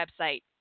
website